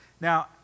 Now